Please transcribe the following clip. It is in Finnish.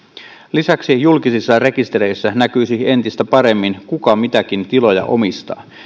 lisäksi julkisissa rekistereissä näkyisi entistä paremmin kuka mitäkin tiloja omistaa